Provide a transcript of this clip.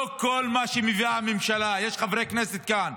לא כל מה שמביאה הממשלה, יש חברי כנסת כאן,